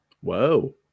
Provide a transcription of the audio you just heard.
Whoa